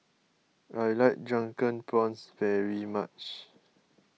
I like Drunken Prawns very much